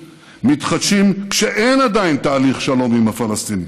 מתחדשים כשאין עדיין תהליך שלום עם הפלסטינים,